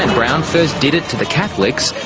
and brown first did it to the catholics,